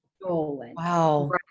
Wow